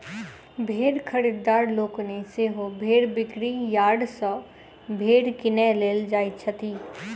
भेंड़ खरीददार लोकनि सेहो भेंड़ बिक्री यार्ड सॅ भेंड़ किनय लेल जाइत छथि